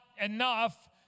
enough